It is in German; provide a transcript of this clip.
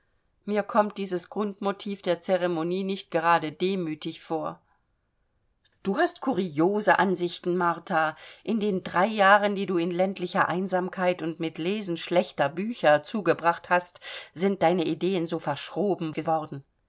mir kommt dieses grundmotiv der ceremonie nicht gerade demütig vor du hast so kuriose ansichten martha in den drei jahren die du in ländlicher einsamkeit und mit lesen schlechter bücher zugebracht hast sind deine ideen so verschroben geworden